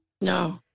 No